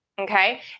Okay